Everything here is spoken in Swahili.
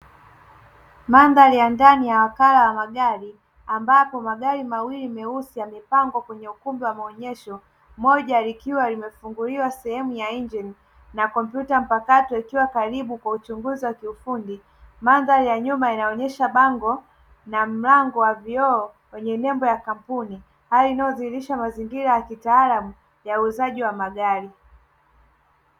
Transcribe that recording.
Mandhari ya ndani ya wakala wa magari ambapo magari mawili meusi yamepangwa kwenye ukumbi wa maonyesho, moja likiwa limefunguliwa sehemu ya injini na kompyuta mpakato ikiwa karibu kwa uchunguzi wa kiufundi mandhari ya nyuma inaonyesha bango na mlango wa vioo wenye nembo ya kampuni hali inayodhihirisha mazingira ya kitaalam ya uwezaji wa magari.